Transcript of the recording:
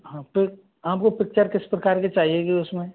हाँ तो आपको पिक्चर किस प्रकार की चाहिए होगी उसमें